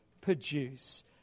produce